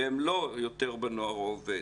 והם כבר לא בנוער העובד.